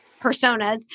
personas